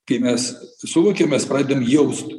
kai mes suvokiam mes pradedam jaust